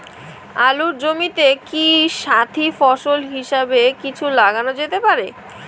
আলুর জমিতে কি সাথি ফসল হিসাবে কিছু লাগানো যেতে পারে?